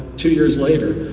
two years later,